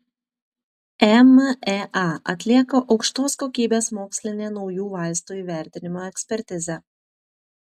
emea atlieka aukštos kokybės mokslinę naujų vaistų įvertinimo ekspertizę